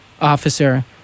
officer